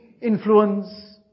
influence